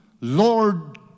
Lord